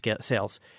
sales